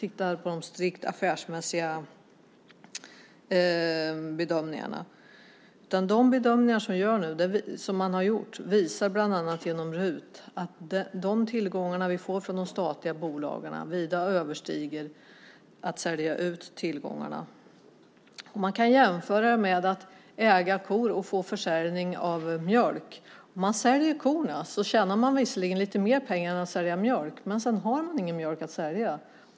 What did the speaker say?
I stället visar de bedömningar som gjorts, bland annat av riksdagens utredningstjänst, att de tillgångar vi får in från de statliga bolagen vida överstiger en utförsäljning av tillgångarna. Man kan jämföra med att äga kor och få pengar från försäljningen av mjölk. Om man säljer korna tjänar man visserligen lite mer på det än på att sälja mjölk, men sedan har man ingen mjölk att sälja.